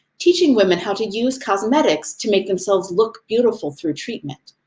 teaching women how to use cosmetics to make themselves look beautiful through treatment.